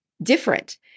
Different